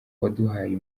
waduhaye